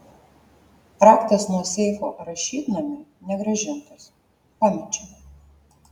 raktas nuo seifo rašytnamiui negrąžintas pamečiau